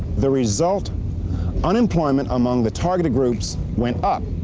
the result unemployment among the targeted groups went up,